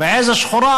והעז השחורה,